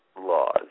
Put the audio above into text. laws